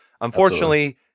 Unfortunately